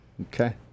okay